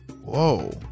Whoa